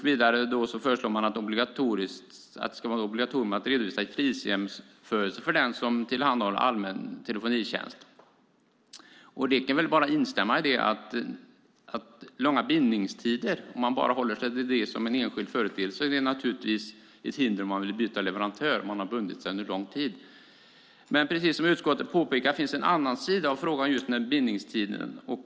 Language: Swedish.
Vidare föreslår man att det ska vara obligatoriskt att redovisa prisjämförelser för den som tillhandahåller allmän telefonitjänst. Jag kan väl bara instämma i att långa bindningstider, om man håller sig till det som en enskild företeelse, naturligtvis är ett hinder om man vill byta leverantör. Men precis som utskottet påpekar finns det en annan sida av frågan om bindningstiden.